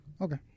okay